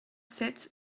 sept